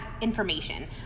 information